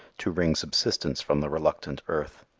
to wring subsistence from the reluctant earth.